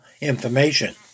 information